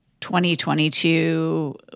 2022